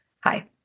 Hi